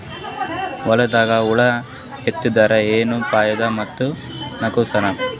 ಹೊಲದಾಗ ಹುಳ ಎತ್ತಿದರ ಏನ್ ಫಾಯಿದಾ ಮತ್ತು ನುಕಸಾನ?